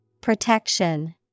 Protection